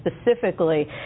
specifically